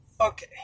Okay